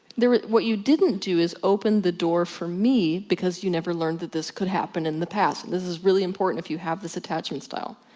what you didn't do is open the door for me, because you never learned that this could happen in the past, and this is really important if you have this attachment style,